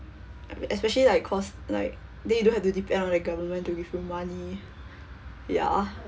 especially like cause like then you don't have to depend on like government to give you money ya